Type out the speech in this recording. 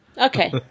Okay